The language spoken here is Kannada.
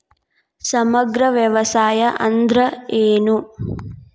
ಸಮಗ್ರ ವ್ಯವಸಾಯ ಅಂದ್ರ ಏನು?